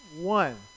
one